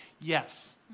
Yes